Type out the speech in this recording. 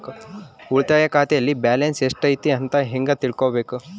ಉಳಿತಾಯ ಖಾತೆಯಲ್ಲಿ ಬ್ಯಾಲೆನ್ಸ್ ಎಷ್ಟೈತಿ ಅಂತ ಹೆಂಗ ತಿಳ್ಕೊಬೇಕು?